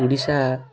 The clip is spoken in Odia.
ଓଡ଼ିଶା